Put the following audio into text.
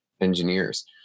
engineers